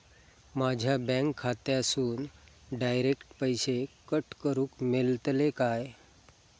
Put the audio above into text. माझ्या बँक खात्यासून डायरेक्ट पैसे कट करूक मेलतले काय?